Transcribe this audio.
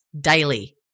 daily